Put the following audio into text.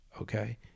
okay